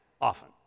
often